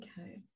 Okay